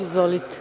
Izvolite.